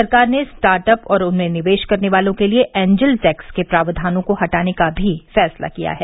सरकार ने स्टार्टअप और उनमें निवेश करने वालों के लिए एंजेल टैक्स के प्रावधानों को हटाने का भी फैसला किया है